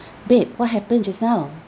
babe what happened just now